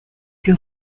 iyo